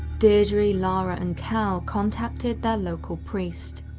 deidre, lara and cal contacted their local priest.